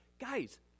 Guys